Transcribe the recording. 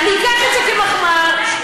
את צריכה להיות יושבת-ראש הקואליציה.